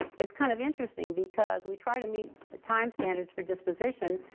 is kind of interesting because we try to meet time standards for disposition,